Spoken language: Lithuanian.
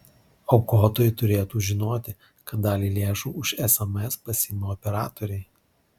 aukotojai turėtų žinoti kad dalį lėšų už sms pasiima operatoriai